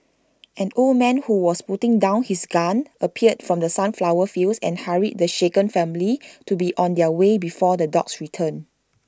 an old man who was putting down his gun appeared from the sunflower fields and hurried the shaken family to be on their way before the dogs return